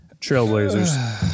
Trailblazers